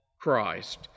Christ